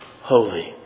holy